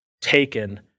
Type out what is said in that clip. taken